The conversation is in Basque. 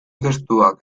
testuak